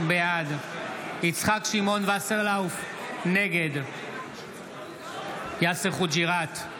בעד יצחק שמעון וסרלאוף, נגד יאסר חוג'יראת,